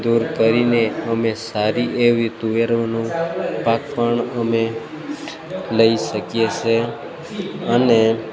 દૂર કરીને અમે સારી એવી તુવેરનો પાક પણ અમે લઈ શકીએ છીએ અને